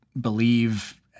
believe